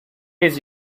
his